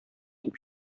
дип